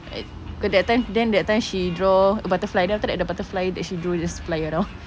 and because that time then that time she draw a butterfly and then the butterfly that she draw just fly around